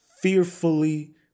fearfully